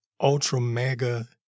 ultra-mega